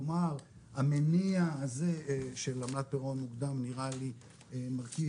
כלומר המניע הזה של עמלת פירעון מוקדם נראה לי מרכיב